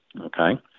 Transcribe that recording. Okay